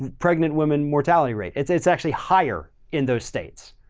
pregnant women mortality rate. it's it's actually higher in those states.